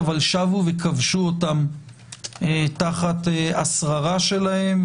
אבל שבו וכבשו אותם תחת השררה שלהם,